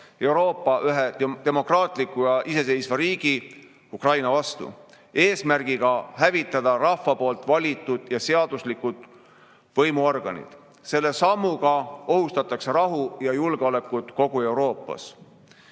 Euroopa ühe demokraatliku ja iseseisva riigi, Ukraina vastu, eesmärgiga hävitada rahva valitud ja seaduslikud võimuorganid. Selle sammuga ohustatakse rahu ja julgeolekut kogu Euroopas. Venemaa